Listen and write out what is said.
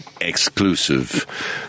exclusive